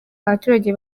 abaturage